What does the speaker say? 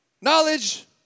Knowledge